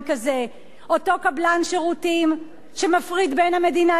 אותו קבלן שירותים שמפריד בין המדינה לבין העובדים.